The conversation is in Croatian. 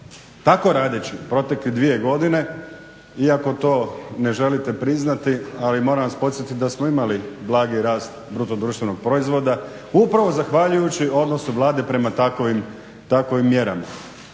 tako radeći protekle dvije godine iako to ne želite priznati ali moram vas podsjetiti da smo imali blagi rast BDP-a upravo zahvaljujući odnosu vlade prema takovim mjerama,